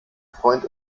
freund